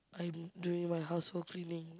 I'm doing my household cleaning